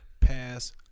Pass